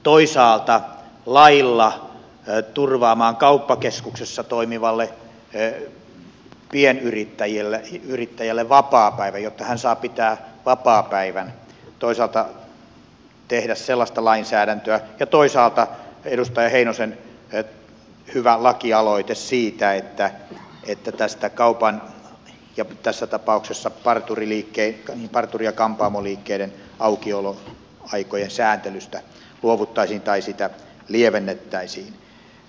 toisaalta lailla turvaamaan kauppakeskuksessa toimivalle pienyrittäjälle vapaapäivän jotta hän saa pitää vapaapäivän tekemään sellaista lainsäädäntöä ja toisaalta on edustaja heinosen hyvä lakialoite siitä että tästä kaupan ja tässä tapauksessa parturi ja kampaamoliikkeiden aukioloaikojen sääntelystä luovuttai siin tai sitä lievennettäisiin